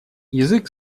язык